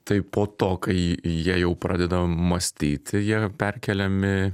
tai po to kai jie jau pradeda mąstyti jie perkeliami